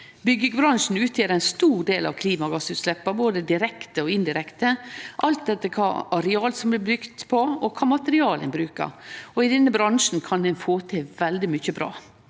Byggjebransjen utgjer ein stor del av klimagassutsleppa både direkte og indirekte, alt etter kva areal det er bygt på, og kva materialar ein brukar. I denne bransjen kan ein få til veldig mykje bra.